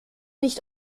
nicht